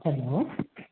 hello